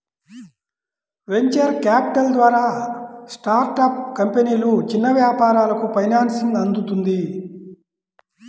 venture capital ద్వారా startup కంపెనీలు, చిన్న వ్యాపారాలకు ఫైనాన్సింగ్ అందుతుంది